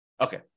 Okay